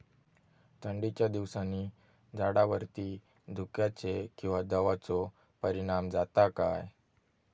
थंडीच्या दिवसानी झाडावरती धुक्याचे किंवा दवाचो परिणाम जाता काय?